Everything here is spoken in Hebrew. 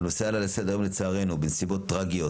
הנושא עלה לסדר היום - לצערנו - בנסיבות טרגיות,